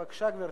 בבקשה, גברתי.